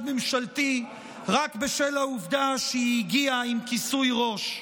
ממשלתי רק בשל העובדה שהיא הגיעה עם כיסוי ראש.